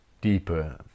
deeper